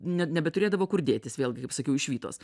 ne nebeturėdavo kur dėtis vėlgi kaip sakiau išvytos